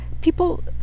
people